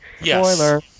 Spoiler